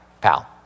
pal